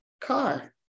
car